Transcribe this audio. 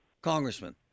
Congressman